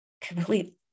complete